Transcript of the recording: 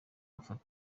bafata